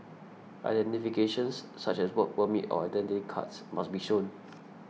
identifications such as work permits or Identity Cards must be shown